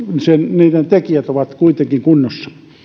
niiden tekijät ovat kuitenkin kunnossa